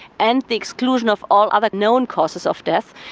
and the exclusion of all other known causes of death,